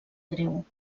greu